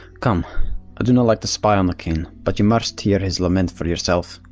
come. i do not like to spy on the king, but you must hear his lament for yourself.